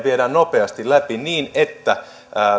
viedään nopeasti läpi niin että sekä